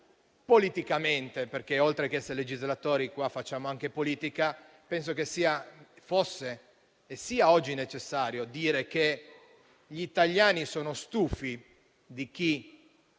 politicamente, perché oltre che essere legislatori facciamo anche politica, penso che fosse e sia oggi necessario dire che gli italiani sono stufi di chi